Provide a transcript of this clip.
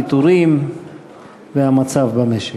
הפיטורים והמצב במשק.